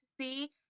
see